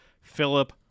Philip